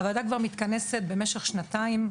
הוועדה מתכנסת כבר במשך שנתיים.